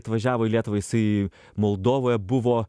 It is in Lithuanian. atvažiavo į lietuvą jisai moldovoje buvo